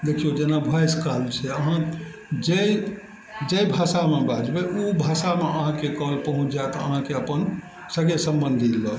देखियौ जेना voice call छै अहाँ जाहि जाहि भाषामे बाजबय उ भाषामे अहाँके कॉल पहुँच जायत अहाँके अपन सगे सम्बन्धी लए